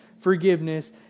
forgiveness